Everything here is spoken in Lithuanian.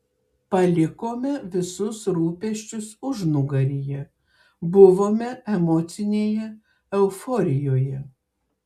palikome visus rūpesčius užnugaryje buvome emocinėje euforijoje